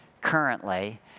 currently